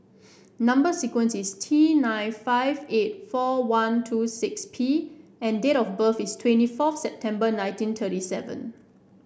number sequence is T nine five eight four one two six P and date of birth is twenty fourth September nineteen thirty seven